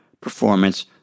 performance